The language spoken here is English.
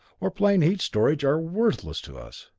or plain heat storage, are worthless to us.